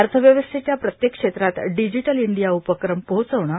अर्थव्यवस्थेच्या प्रत्येक क्षेत्रात डिजीटल इंडिया उपक्रम पोहचवणं